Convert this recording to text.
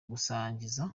gusangiza